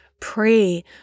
pray